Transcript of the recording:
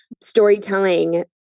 storytelling